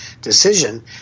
decision